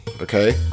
Okay